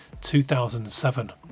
2007